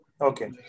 Okay